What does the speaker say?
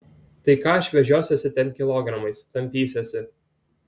tai ką aš vežiosiuosi ten kilogramais tampysiuosi